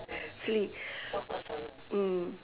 silly mm